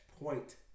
point